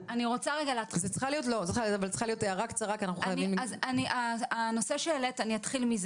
אני אתחיל מהנושא שהעלית.